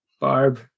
Barb